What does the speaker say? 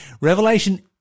Revelation